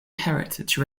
heritage